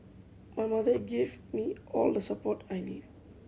my mother gave me all the support I need